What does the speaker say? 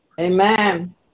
Amen